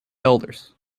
elders